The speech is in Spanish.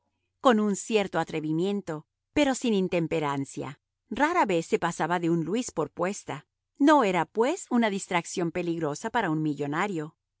con un cierto atrevimiento pero sin intemperancia rara vez se pasaba de un luis por puesta no era pues una distracción peligrosa para un millonario